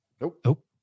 Nope